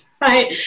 Right